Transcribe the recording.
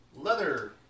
Leather